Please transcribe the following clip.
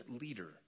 leader